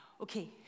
Okay